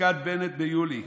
לשכת בנט ביולי: